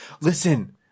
listen